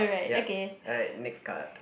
yup alright next card